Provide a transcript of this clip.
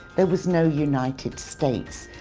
there was no united states.